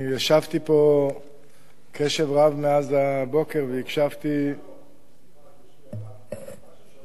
אני ישבתי פה מאז הבוקר והקשבתי בקשב רב.